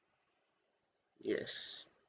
yes